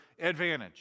advantage